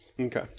Okay